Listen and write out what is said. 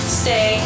stay